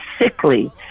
sickly